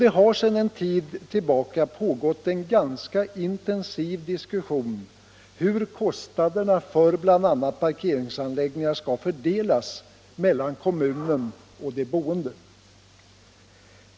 Det har sedan en tid pågått en ganska intensiv diskussion om hur kostnaderna för bl.a. parkeringsanläggningarna skall fördelas mellan kommunen och de boende.